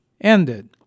ended